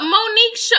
Monique